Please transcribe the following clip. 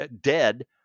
dead